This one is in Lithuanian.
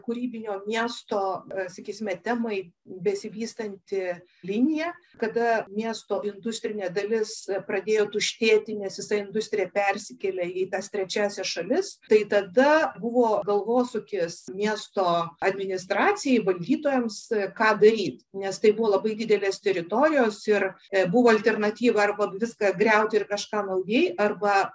kūrybinio miesto e sakysime temai besivystanti linija kada miesto industrinė dalis pradėjo tuštėti nes visa industrija persikėlė į tas trečiąsias šalis tai tada buvo galvosūkis miesto administracijai valdytojams ką daryt nes tai buvo labai didelės teritorijos ir e buvo alternatyva arba viską griaut ir kažką naujai arba